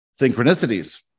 Synchronicities